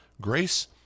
Grace